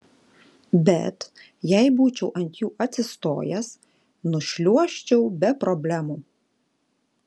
bet jei būčiau ant jų atsistojęs nušliuožčiau be problemų